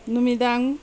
ꯅꯨꯃꯤꯗꯥꯡ